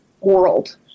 world